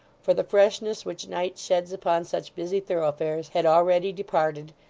for the freshness which night sheds upon such busy thoroughfares had already departed,